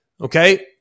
okay